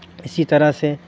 اِسی طرح سے